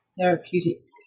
therapeutics